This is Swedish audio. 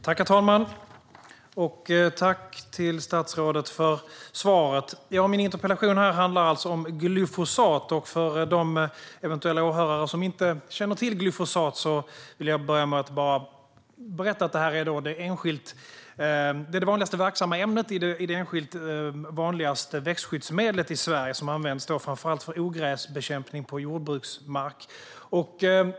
Herr talman! Jag tackar statsrådet för svaret. Min interpellation handlar alltså om glyfosat. För de åhörare som inte känner till glyfosat vill jag börja med att berätta att det är det vanligaste verksamma ämnet i det enskilt vanligaste växtskyddsmedlet i Sverige som används framför allt för ogräsbekämpning på jordbruksmark.